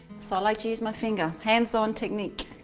so i like to use my finger hands on technique.